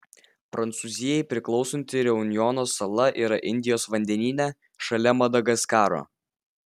prancūzijai priklausanti reunjono sala yra indijos vandenyje šalia madagaskaro